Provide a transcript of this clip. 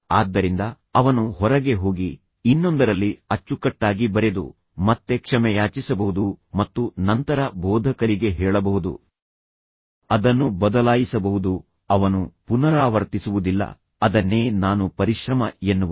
ಆದ್ದರಿಂದ ಅವನು ಹೊರಗೆ ಹೋಗಿ ಇನ್ನೊಂದರಲ್ಲಿ ಅಚ್ಚುಕಟ್ಟಾಗಿ ಬರೆದು ಮತ್ತೆ ಕ್ಷಮೆಯಾಚಿಸಬಹುದು ಮತ್ತು ನಂತರ ಬೋಧಕರಿಗೆ ಹೇಳಬಹುದು ಅದನ್ನು ಬದಲಾಯಿಸಬಹುದು ಅವನು ಪುನರಾವರ್ತಿಸುವುದಿಲ್ಲ ಅದನ್ನೇ ನಾನು ಪರಿಶ್ರಮ ಎನ್ನುವುದು